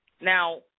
Now